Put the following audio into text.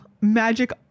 Magic